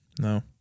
No